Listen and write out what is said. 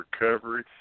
recovery